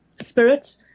spirit